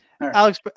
Alex